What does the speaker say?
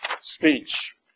speech